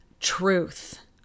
Truth